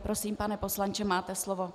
Prosím, pane poslanče, máte slovo.